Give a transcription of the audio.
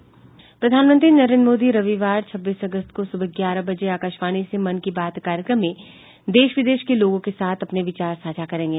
प्रधानमंत्री नरेन्द्र मोदी रविवार छब्बीस अगस्त को सुबह ग्यारह बजे आकाशवाणी से मन की बात कार्यक्रम में देश विदेश के लोगों के साथ अपने विचार साझा करेंगे